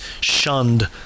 shunned